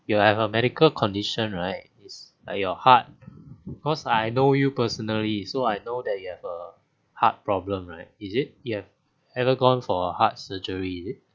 you have a medical condition right it's like your heart because I know you personally so I know that you have a heart problem right is it you have ever gone for a heart surgery is it